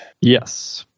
Yes